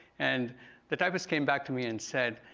and the typist came back to me and said,